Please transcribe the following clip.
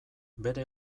bere